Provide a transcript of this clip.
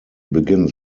begins